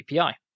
API